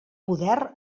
poder